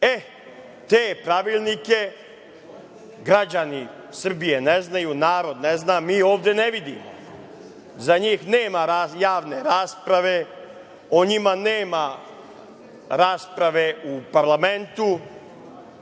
Te pravilnike, građani Srbije ne znaju, narod ne zna, mi ovde ne vidimo. Za njih nema javne rasprave, o njima nema rasprave u parlamentu.